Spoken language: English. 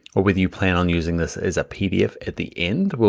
or whether you plan on using this as a pdf at the end,